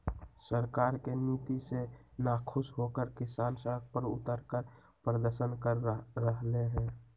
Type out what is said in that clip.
सरकार के नीति से नाखुश होकर किसान सड़क पर उतरकर प्रदर्शन कर रहले है